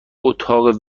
اتاق